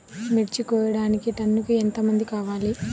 మిర్చి కోయడానికి టన్నుకి ఎంత మంది కావాలి?